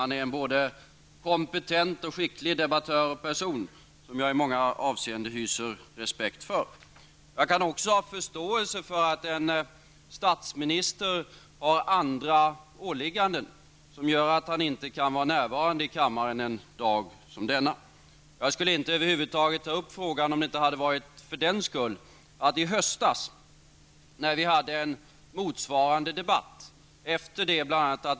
Han är en kompetent och skicklig debattör och en person som jag i många avseenden hyser respekt för. Jag kan också ha förståelse för att en statsminister har andra åligganden, som gör att han inte kan vara närvarande i kammaren en dag som denna. Jag skulle över huvud taget inte ha tagit upp frågan om det inte hade varit för en motsvarande debatt i höstas.